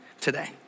today